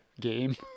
game